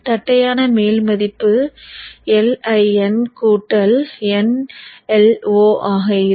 தட்டையான மேல் மதிப்பு Iin nIo ஆக இருக்கும்